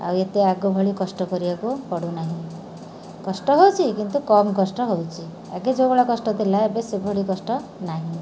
ଆଉ ଏତେ ଆଗ ଭଳି କଷ୍ଟ କରିବାକୁ ପଡ଼ୁ ନାହିଁ କଷ୍ଟ ହେଉଛି କିନ୍ତୁ କମ୍ କଷ୍ଟ ହେଉଛି ଆଗେ ଯେଉଁ ଭଳିଆ କଷ୍ଟ ଥିଲା ଏବେ ସେଭଳି କଷ୍ଟ ନାହିଁ